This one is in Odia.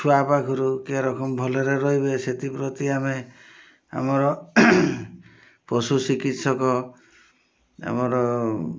ଛୁଆ ପାଖରୁ କିଏ ରଖ ଭଲରେ ରହିବେ ସେଥିପ୍ରତି ଆମେ ଆମର ପଶୁ ଚିକିତ୍ସକ ଆମର